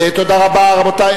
תודה רבה, רבותי.